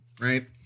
right